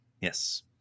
Yes